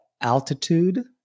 altitude